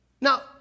Now